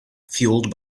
fueled